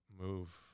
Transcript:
move